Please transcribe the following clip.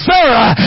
Sarah